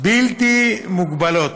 בלתי מוגבלות.